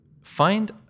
find